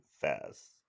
fast